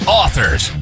authors